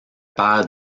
père